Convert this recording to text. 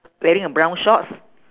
wearing a brown shorts